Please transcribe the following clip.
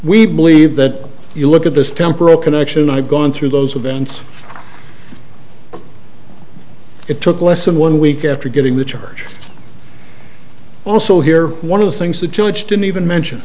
we believe that if you look at this temporal connection i've gone through those events it took less than one week after getting the church also here one of the things the judge didn't even mention